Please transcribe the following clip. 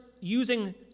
using